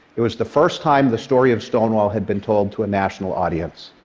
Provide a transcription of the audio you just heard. it was the first time the story of stonewall had been told to a national audience.